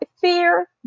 fear